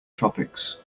tropics